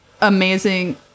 amazing